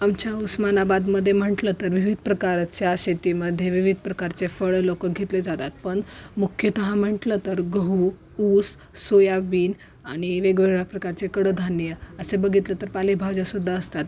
आमच्या उस्मानाबादमध्ये म्हटलं तर विविध प्रकारच्या शेतीमध्ये विविध प्रकारचे फळं लोकं घेतले जातात पण मुख्यतः म्हटलं तर गहू ऊस सोयाबीन आणि वेगवेगळ्या प्रकारचे कडधान्य असे बघितलं तर पालेभाज्यासुद्धा असतात